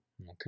okay